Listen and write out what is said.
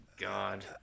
god